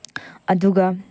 ꯑꯗꯨꯒ